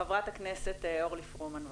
ח"כ אורלי פרומן בבקשה.